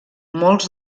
molts